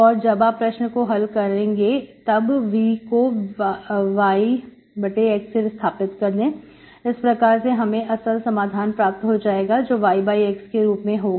और जब आप प्रश्न को हल करने तब V को yx से विस्थापित कर दें इस प्रकार हमें असल समाधान प्राप्त हो जाएगा जो yx के रूप में होगा